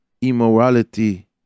immorality